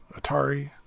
Atari